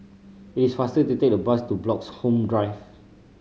it is faster to take the bus to Bloxhome Drive